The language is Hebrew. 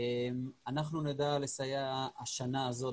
אנחנו נדע לסייע השנה הזאת,